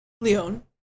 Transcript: Leon